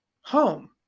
home